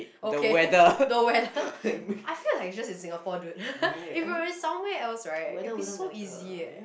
okay the weather I feel like it's just in Singapore dude if we were somewhere else right it'll be so easy eh